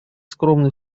скромный